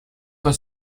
con